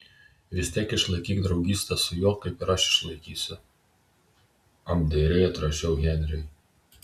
vis tiek išlaikyk draugystę su juo kaip ir aš išlaikysiu apdairiai atrašau henriui